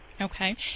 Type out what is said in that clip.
Okay